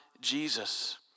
Jesus